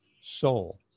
soul